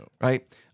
right